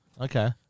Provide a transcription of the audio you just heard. Okay